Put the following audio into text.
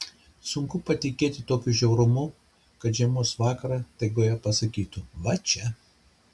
sunku patikėti tokiu žiaurumu kad žiemos vakarą taigoje pasakytų va čia